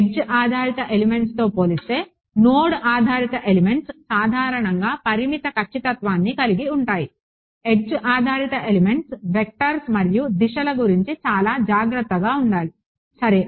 edge ఆధారిత ఎలిమెంట్స్తో పోలిస్తే నోడ్ ఆధారిత ఎలిమెంట్స్ సాధారణంగా పరిమిత ఖచ్చితత్వాన్ని కలిగి ఉంటాయి ఎడ్జ్ ఆధారిత ఎలిమెంట్స్లో వెక్టర్స్ మరియు దిశల గురించి చాలా జాగ్రత్తగా ఉండాలి సరే